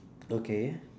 okay